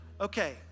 Okay